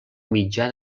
mitjà